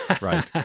Right